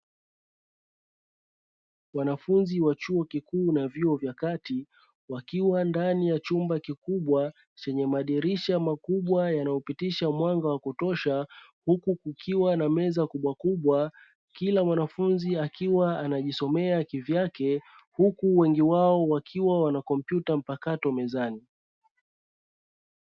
Wanafunzi wa chuo kikuu na vyuo vya kati wakiwa ndani ya chumba kikubwa, chenye madirisha makubwa yanayopitisha mwanga wa kutosha. Huku kukiwa na meza kubwa kila mwanafunzi akiwa anajisomea kivyake. Huku wengi wao wakiwa wana kompyuta mpakato mezani.